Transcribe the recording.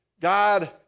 God